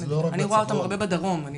אני רואה אותם הרבה בדרום.